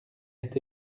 est